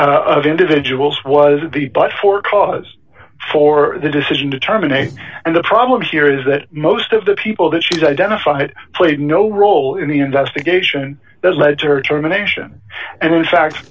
of individuals was the but for cause for the decision to terminate and the problem here is that most of the people that she's identified played no role in the investigation that led to her terminations and in fact